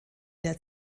der